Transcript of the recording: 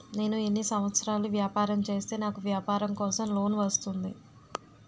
నేను ఎన్ని సంవత్సరాలు వ్యాపారం చేస్తే నాకు వ్యాపారం కోసం లోన్ వస్తుంది?